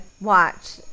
watch